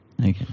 Okay